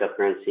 cryptocurrency